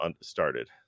started